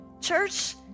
church